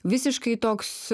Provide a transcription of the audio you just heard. visiškai toks